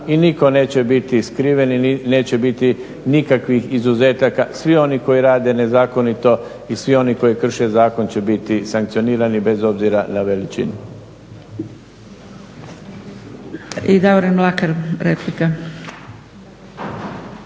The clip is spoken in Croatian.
i nitko neće biti skriven i neće biti nikakvih izuzetaka. Svi oni koji rade nezakonito i svi oni koji krše zakon će biti sankcionirani bez obzira na veličinu.